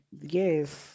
Yes